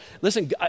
Listen